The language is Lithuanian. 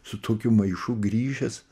su tokiu maišu grįžęs